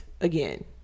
again